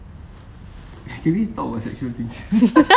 can we talk about sexual things